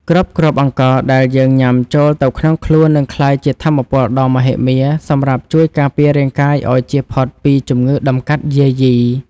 គ្រប់គ្រាប់អង្ករដែលយើងញ៉ាំចូលទៅក្នុងខ្លួននឹងក្លាយជាថាមពលដ៏មហិមាសម្រាប់ជួយការពាររាងកាយឱ្យជៀសផុតពីជំងឺតម្កាត់យាយី។